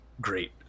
great